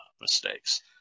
mistakes